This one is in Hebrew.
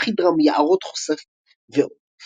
יחיד רם יערות חושף ועוד.